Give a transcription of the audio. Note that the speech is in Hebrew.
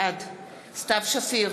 בעד סתיו שפיר,